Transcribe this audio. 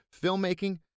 filmmaking